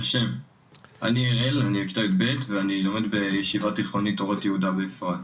אני בכיתה י"ב ואני לומד בישיבה תיכונית בשם "אורות יהודה" באפרת.